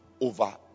over